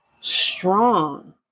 strong